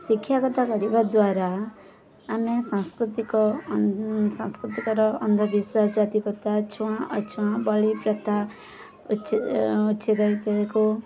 ଶିକ୍ଷାଗତ କରିବା ଦ୍ୱାରା ଆମେ ସାଂସ୍କୃତିକ ସାଂସ୍କୃତିକର ଅନ୍ଧବିଶ୍ୱାସ ଜାତିପ୍ରଥା ଛୁଆଁ ଅଛୁଆଁ ବଳି ପ୍ରଥା ଉଚ୍ଛେଦକୁ